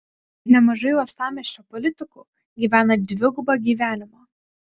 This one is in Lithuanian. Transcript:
nemažai uostamiesčio politikų gyvena dvigubą gyvenimą